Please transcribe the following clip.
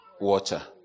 water